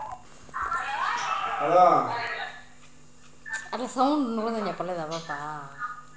ఆన్లైన్లో డబ్బులు పంపేకి ఈ కార్డ్ బాగా ఉపయోగపడుతుంది